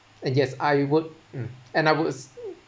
and yes I work and I was